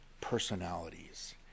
personalities